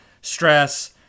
stress